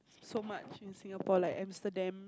so much in Singapore like Amsterdam